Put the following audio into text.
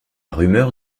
rumeur